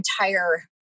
entire